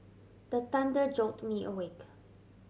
the thunder jolt me awake